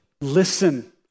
listen